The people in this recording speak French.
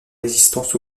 résistance